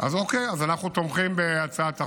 אוקיי, אנחנו תומכים בהצעת החוק,